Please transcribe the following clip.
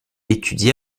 étudia